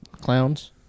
Clowns